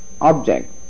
object